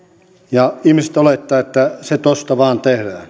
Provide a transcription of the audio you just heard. ja ihmiset olettavat että se tuosta vain tehdään mutta